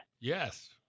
Yes